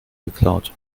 geklaut